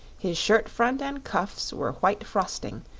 his shirt-front and cuffs were white frosting,